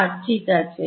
না ঠিক আছে